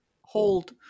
hold